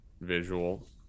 visual